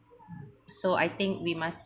so I think we must